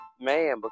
man